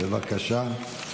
בבקשה.